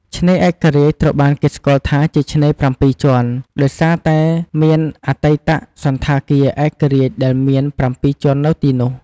ឆ្នេរឯករាជ្យ ត្រូវបានគេស្គាល់ថាជា ឆ្នេរ ៧ ជាន់ ដោយសារតែមានអតីតសណ្ឋាគារឯករាជ្យដែលមាន ៧ ជាន់នៅទីនោះ។